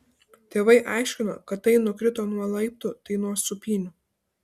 tėvai aiškino kad tai nukrito nuo laiptų tai nuo sūpynių